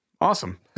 awesome